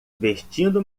vestindo